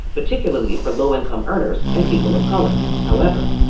particularly for low-income earners and people of color however,